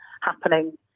happening